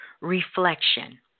reflection